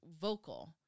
vocal